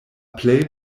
plej